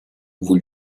vous